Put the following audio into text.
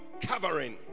Covering